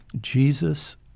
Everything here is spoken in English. Jesus